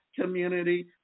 community